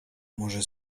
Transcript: może